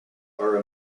are